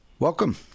Welcome